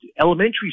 elementary